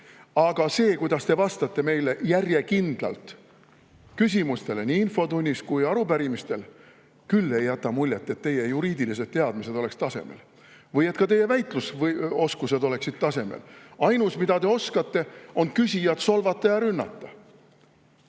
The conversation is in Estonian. Aga see, kuidas te vastate järjekindlalt meie küsimustele nii infotunnis kui ka arupärimistele vastates, ei jäta küll muljet, et teie juriidilised teadmised oleksid tasemel või ka teie väitlusoskus oleks tasemel. Ainus, mida te oskate, on küsijat solvata ja rünnata,